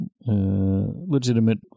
legitimate